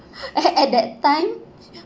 at at that time